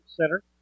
Center